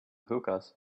hookahs